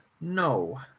no